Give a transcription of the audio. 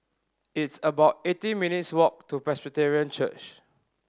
it's about eighteen minutes' walk to Presbyterian Church